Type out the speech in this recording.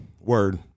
Word